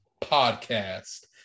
Podcast